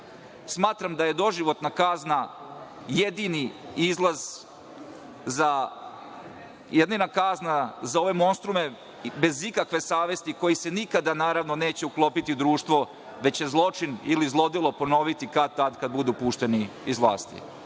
Smatram da je doživotna kazna jedina kazna za ove monstrume bez ikakve savesti koji se nikada naravno neće uklopiti u društvo, već će zločin ili zlodelo ponoviti kad tad kad budu pušteni iz vlasti.